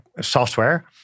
software